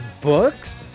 books